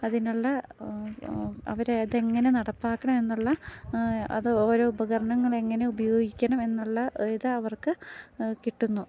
അതിനുള്ള അവരെ അതെങ്ങനെ നടപ്പാക്കണം എന്നുള്ള അത് ഓരോ ഉപകരണങ്ങളെങ്ങനെ ഉപയോഗിക്കണം എന്നുള്ള ഇത് അവർക്ക് കിട്ടുന്നു